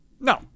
No